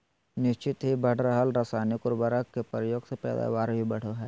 निह्चित ही बढ़ रहल रासायनिक उर्वरक के प्रयोग से पैदावार भी बढ़ो हइ